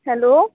hello